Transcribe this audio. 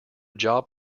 job